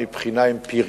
מבחינה אמפירית,